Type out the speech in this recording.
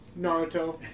Naruto